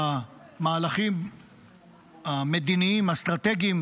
במהלכים המדיניים האסטרטגיים